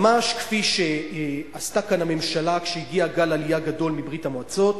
ממש כפי שעשתה כאן הממשלה כשהגיע גל עלייה גדול מברית-המועצות,